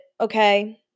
okay